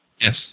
Yes